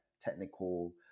technical